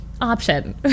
option